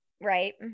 Right